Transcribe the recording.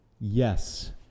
Yes